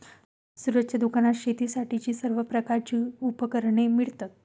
सूरजच्या दुकानात शेतीसाठीची सर्व प्रकारची उपकरणे मिळतात